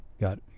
got